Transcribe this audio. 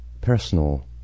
personal